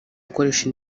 akoresha